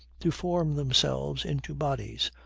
to form themselves into bodies,